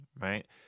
right